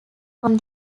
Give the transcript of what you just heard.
from